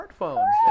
smartphones